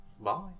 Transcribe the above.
Bye